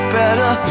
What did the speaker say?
better